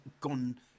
gone